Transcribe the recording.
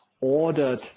ordered